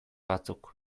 batzuk